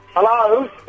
Hello